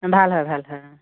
হয় ভাল হয় অঁ